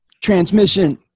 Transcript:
transmission